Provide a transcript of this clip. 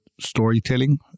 storytelling